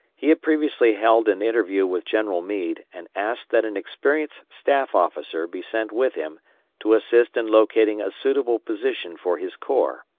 he had previously held an interview with general meade and asked that an experienced staff officer be sent with him to assist in locating a suitable position for his corps.